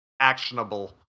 actionable